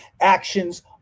Actions